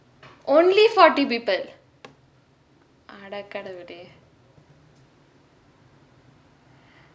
only forty people அட கடவுளே:ade kadavule